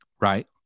Right